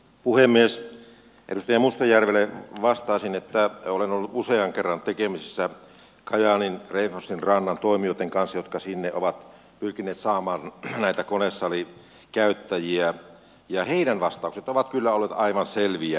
edustaja mustajärvelle vastaisin että olen ollut usean kerran tekemisissä kajaanin renforsin rannan toimijoitten kanssa jotka sinne ovat pyrkineet saamaan näitä konesalikäyttäjiä ja heidän vastauksensa ovat kyllä olleet aivan selviä